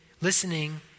listening